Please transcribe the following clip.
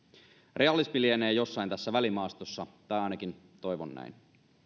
realismi lienee jossain tässä välimaastossa tai ainakin toivon näin